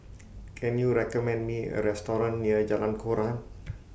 Can YOU recommend Me A Restaurant near Jalan Koran